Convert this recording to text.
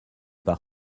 par